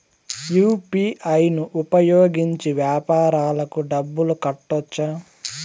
UPI ను ఉపయోగించి వ్యాపారాలకు డబ్బులు కట్టొచ్చా?